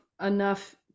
enough